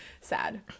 sad